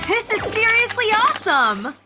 this is seriously awesome!